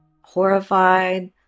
horrified